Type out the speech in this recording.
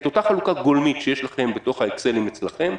את אותה חלוקה גולמית שיש לכם בתוך האקסלים אצלכם,